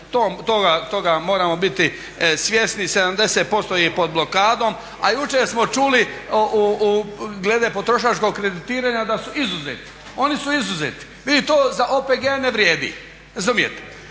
Toga moramo biti svjesni. 70% ih je pod blokadom. A jučer smo čuli glede potrošačkog kreditiranja da su izuzeti, oni su izuzeti ili to za OPG ne vrijedi, razumijete.